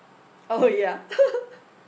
oh ya